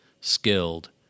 skilled